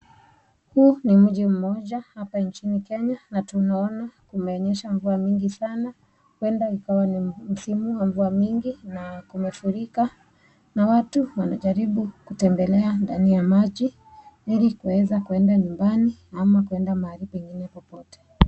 Huu ni mji mmoja hapa nchini kenya na tunaona kumenyesha mvua mingi sana huenda ikawa ni msimu wa mvua mingi na kumefurika na watu wanajaribu kutembelea ndani ya maji ili kuweza kwenda nyumbani ama kuenda mahali pengine popote .